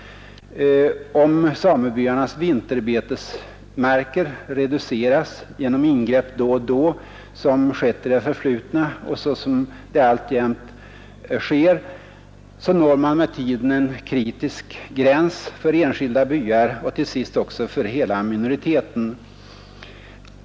Om samebyarnas vinterbetesmarker reduceras genom ingrepp då och då, så som skett i det förflutna och så som det alltjämt sker, når man med tiden en kritisk gräns för enskilda byar och till sist också för hela minoriteten.